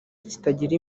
kitagira